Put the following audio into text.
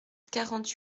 quarante